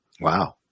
Wow